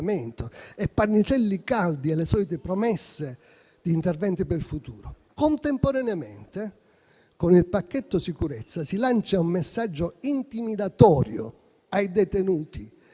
e pannicelli caldi e le solite promesse di interventi per il futuro. Contemporaneamente, con il pacchetto sicurezza si lancia un messaggio intimidatorio ai detenuti